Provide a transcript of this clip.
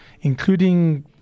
including